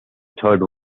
third